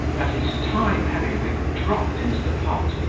that his tie-periwig dropped into the pot,